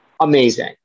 amazing